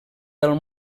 del